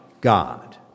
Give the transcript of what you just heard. God